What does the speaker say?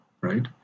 right